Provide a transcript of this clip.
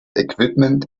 equipment